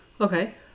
Okay